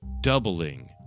doubling